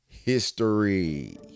history